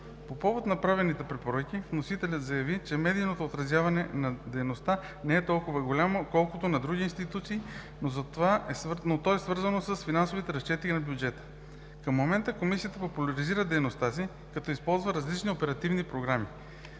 По повод направените препоръки вносителят заяви, че медийното отразяване на дейността не е толкова голямо, колкото на други институции, но това е свързано с финансовите разчети на бюджета. Към момента Комисията популяризира дейността си, като използва различните оперативни програми.